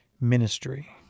ministry